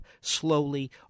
slowly